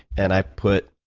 and i put,